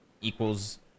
equals